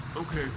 Okay